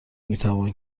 میتوان